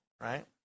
right